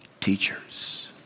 Teachers